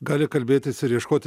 gali kalbėtis ir ieškoti